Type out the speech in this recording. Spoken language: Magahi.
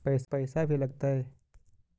पैसा भी लगतय?